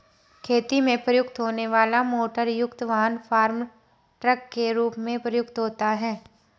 खेती में प्रयुक्त होने वाला मोटरयुक्त वाहन फार्म ट्रक के रूप में प्रयुक्त होता है